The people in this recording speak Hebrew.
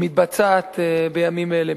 שמתבצעת בימים אלה.